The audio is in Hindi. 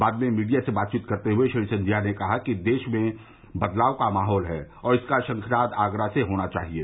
बाद में मीडिया से बातचीत करते हए श्री सिंधिया ने कहा कि देश में बदलाव का माहौल है और इसका शंखनाद आगरा से होना चाहिये